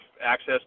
access